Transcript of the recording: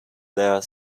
their